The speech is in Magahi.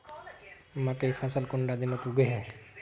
मकई फसल कुंडा दिनोत उगैहे?